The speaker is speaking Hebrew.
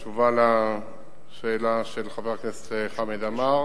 בתשובה על השאלה של חבר הכנסת חמד עמאר